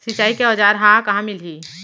सिंचाई के औज़ार हा कहाँ मिलही?